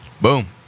Boom